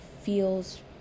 feels